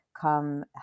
come